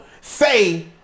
say